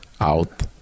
out